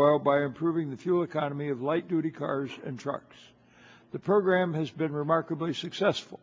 oil by improving the fuel economy of light duty cars and trucks the program has been remarkably successful